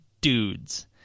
dudes